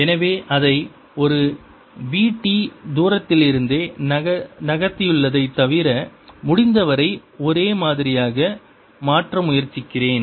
எனவே அதை ஒரு vt தூரத்திலிருந்தே நகர்த்தியுள்ளதைத் தவிர முடிந்தவரை ஒரே மாதிரியாக மாற்ற முயற்சிக்கிறேன்